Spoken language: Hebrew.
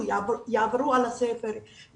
יעברו על הספר,